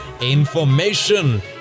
information